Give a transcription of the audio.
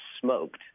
smoked